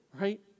right